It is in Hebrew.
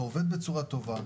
זה עובד בצורה טובה,